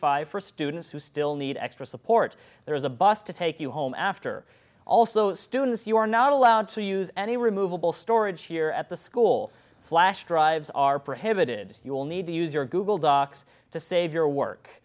five for students who still need extra support there is a bus to take you home after also students you are not allowed to use any removable storage here at the school flash drives are prohibited you'll need to use your google docs to save your